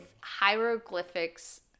hieroglyphics